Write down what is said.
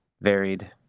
varied